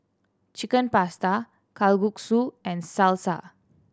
Chicken Pasta Kalguksu and Salsa